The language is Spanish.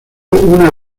una